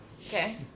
okay